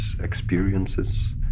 experiences